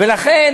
ולכן